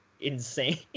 insane